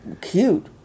cute